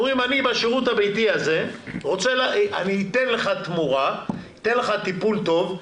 אומרים 'אני בשירות הביתי הזה אתן לך טיפול טוב,